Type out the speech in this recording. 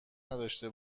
نداشته